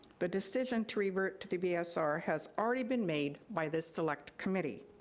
the decision to revert to the bsr has already been made by the select committee.